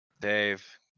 Dave